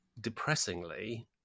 depressingly